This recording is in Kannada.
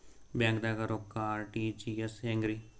ಬ್ಯಾಂಕ್ದಾಗ ರೊಕ್ಕ ಆರ್.ಟಿ.ಜಿ.ಎಸ್ ಹೆಂಗ್ರಿ?